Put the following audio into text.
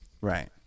Right